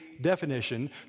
definition